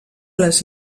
les